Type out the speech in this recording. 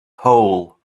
pole